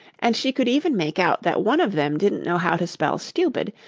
and she could even make out that one of them didn't know how to spell stupid,